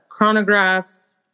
chronographs